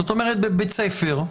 זאת אומרת בבית ספר.